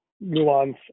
nuance